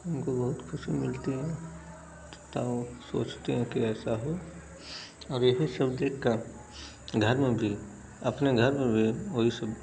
हमको बहुत ख़ुशी मिलती है तब सोचते हैं कि ऐसा हो अब यही सब देखकर घर में भी अपने घर में भी वही सब